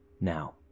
Now